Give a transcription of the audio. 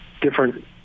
different